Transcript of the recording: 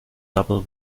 double